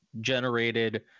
generated